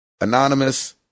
Anonymous